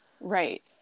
right